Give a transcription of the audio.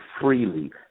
freely